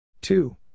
two